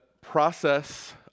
process